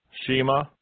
Shema